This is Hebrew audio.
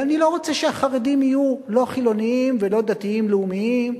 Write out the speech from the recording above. ואני לא רוצה שהחרדים יהיו לא חילונים ולא דתיים לאומיים,